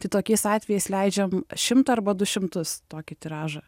tai tokiais atvejais leidžiam šimtą arba du šimtus tokį tiražą